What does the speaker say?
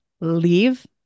leave